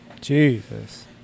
Jesus